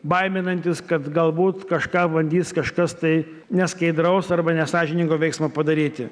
baiminantis kad galbūt kažką bandys kažkas tai neskaidraus arba nesąžiningo veiksmo padaryti